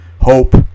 hope